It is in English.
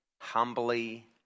humbly